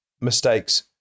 mistakes